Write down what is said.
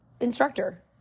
instructor